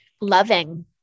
loving